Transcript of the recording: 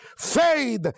Faith